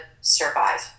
survive